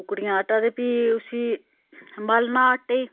कुकडियें दा आटा ते फ्ही मलना आटे गी